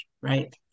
right